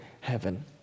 heaven